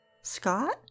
Scott